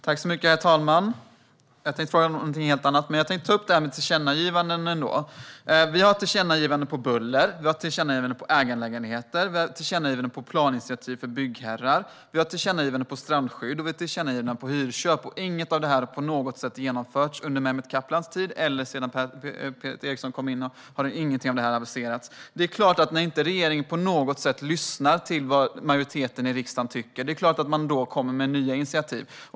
Herr talman! Jag tänkte fråga någonting helt annat, men först vill jag ta upp det här med tillkännagivanden. Vi har tillkännagivanden angående buller, ägandelägenheter, planinitiativ för byggherrar, strandskydd och hyrköp. Inget av det här har på något sätt genomförts under Mehmet Kaplans tid eller sedan Peter Eriksson tog över. Det är klart att man, när regeringen inte på något sätt lyssnar till vad majoriteten i riksdagen tycker, kommer med nya initiativ.